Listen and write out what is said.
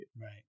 Right